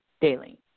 daily